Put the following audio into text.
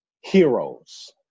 heroes